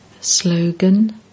Slogan